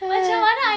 !hais!